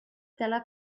tela